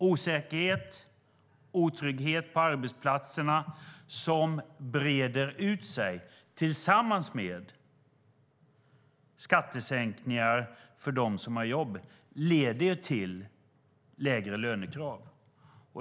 Osäkerhet och otrygghet som breder ut sig på arbetsplatserna leder tillsammans med skattesänkningar för dem som har jobb till lägre lönekrav.